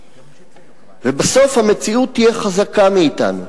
ובסוף המציאות תהיה חזקה מאתנו.